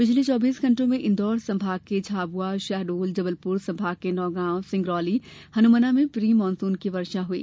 पिछले चौबीस घंटों में इंदौर संभाग के झाबुआ शहडोल जबलपुर संभाग में नौगांव सिंगरौली हनुमना में प्री मानसून की वर्षा हुई